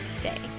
day